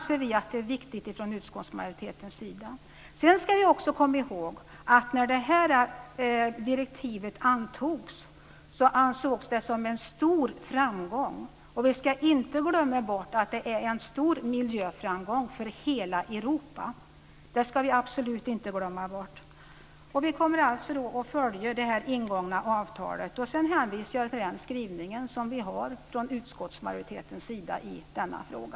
Detta anser vi i utskottsmajoriteten är viktigt. Vi ska också komma ihåg att när direktivet antogs ansåg man det vara en stor framgång. Vi ska absolut inte glömma att detta är en stor miljöframgång för hela Europa. Vi kommer alltså att följa det ingångna avtalet. Vidare hänvisar jag till den skrivning som finns från utskottsmajoritetens sida i denna fråga.